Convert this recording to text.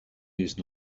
use